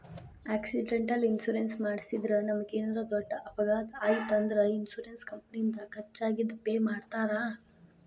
accidental insurance ಮಾಡಿಸಿದ್ರ ನಮಗೇನರ ದೊಡ್ಡ ಅಪಘಾತ ಆಯ್ತ್ ಅಂದ್ರ ಇನ್ಶೂರೆನ್ಸ್ ಕಂಪನಿಯಿಂದ ಖರ್ಚಾಗಿದ್ ಪೆ ಮಾಡ್ತಾರಾ